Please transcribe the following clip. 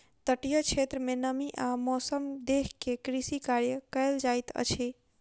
तटीय क्षेत्र में नमी आ मौसम देख के कृषि कार्य कयल जाइत अछि